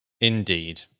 Indeed